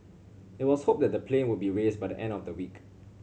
it was hoped the plane would be raised by the end of the week